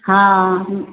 हॅं